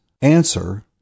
answer